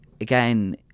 again